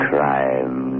Crime